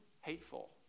hateful